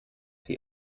sie